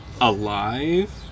alive